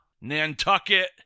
Nantucket